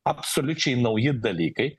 absoliučiai nauji dalykai